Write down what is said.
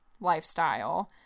lifestyle